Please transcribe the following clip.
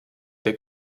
der